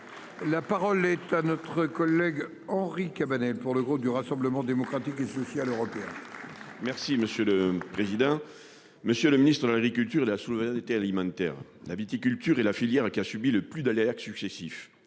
La parole est à notre collègue Henri Cabanel pour le groupe du Rassemblement démocratique et ceci à l'heure. Merci monsieur le président. Monsieur le Ministre de l'Agriculture la souveraineté alimentaire la viticulture et la filière qui a subi le plus d'alerte successifs